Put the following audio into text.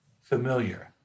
familiar